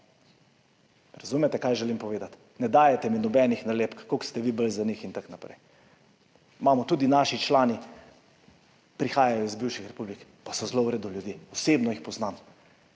Razumete, kaj želim povedati? Ne dajajte mi nobenih nalepk, koliko ste vi bolj za njih in tako naprej. Tudi naši člani prihajajo iz bivših republik, pa so zelo v redu ljudje, osebno jih poznam.